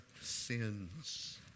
sins